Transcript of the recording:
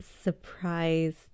surprised